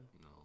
No